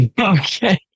Okay